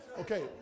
Okay